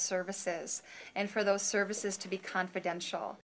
services and for those services to be confidential